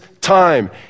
time